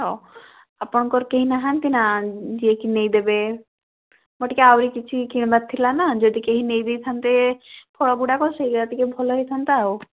ଆପଣଙ୍କର କେହି ନାହାନ୍ତି ନା ଯିଏକି ନେଇଦେବେ ମୁଁ ଟିକିଏ ଆହୁରି କିଛି କିଣିବାର ଥିଲା ନା ଯଦି କେହି ନେଇ ଦେଇଥାନ୍ତେ ଫଳଗୁଡ଼ାକ ସେୟା ଟିକିଏ ଭଲ ହେଇଥାନ୍ତା ଆଉ